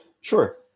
Sure